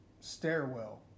stairwell